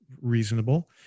reasonable